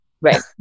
Right